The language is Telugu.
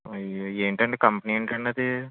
అయ్యో ఏమిటి అండీ కంపెనీ ఏమిటి అండీ అది